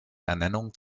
ernennung